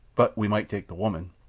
but we might take the woman.